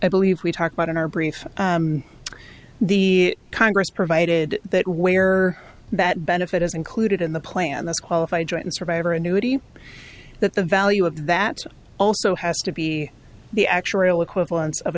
believe we talked about in our brief the congress provided that way or that benefit is included in the plan that's qualify joined survivor annuity that the value of that also has to be the actuarial equivalence of